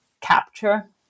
capture